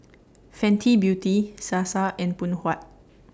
Fenty Beauty Sasa and Phoon Huat